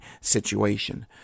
situation